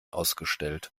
ausgestellt